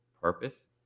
purpose